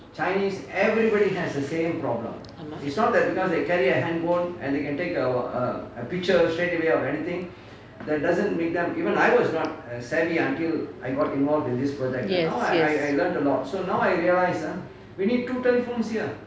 ஆமாம்:aamaam yes yes